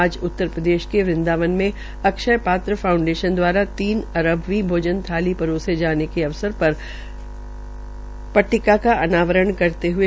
आज उत्तरप्रदेश के वंदावन में अक्षय पात्र फाउडेंशन द्वारा तीन अरबवीं भोजप थाली परोसे जाने के अवसर पर पट्टिका का अनावरण कर रहे थे